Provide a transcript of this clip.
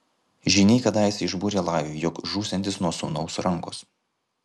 žyniai kadaise išbūrė lajui jog žūsiantis nuo sūnaus rankos